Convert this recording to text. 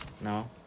No